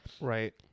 Right